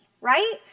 right